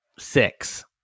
Six